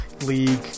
League